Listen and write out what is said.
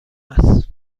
است